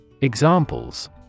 Examples